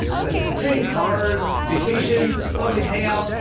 such as dream cars, vacations, celebrity hangouts,